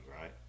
right